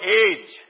age